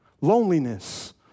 loneliness